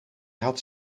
had